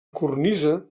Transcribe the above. cornisa